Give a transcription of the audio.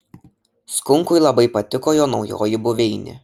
skunkui labai patiko jo naujoji buveinė